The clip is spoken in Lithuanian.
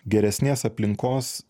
geresnės aplinkos